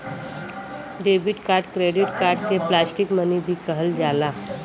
debit card credit card के plastic money भी कहल जाला